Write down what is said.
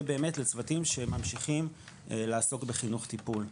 לצוותים שממשיכים לעסוק בחינוך טיפול.